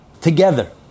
together